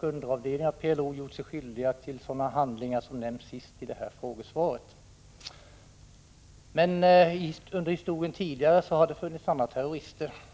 Underavdelningar till PLO har gjort sig skyldiga till sådana handlingar som nämns i frågesvaret. Tidigare i historien har det funnits andra terrorister.